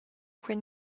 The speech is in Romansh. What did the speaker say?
quei